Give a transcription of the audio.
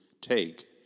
take